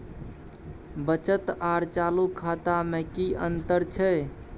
बचत आर चालू खाता में कि अतंर छै?